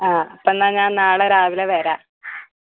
ആ അപ്പം എന്നാൽ ഞാൻ നാളെ രാവിലെ വരാം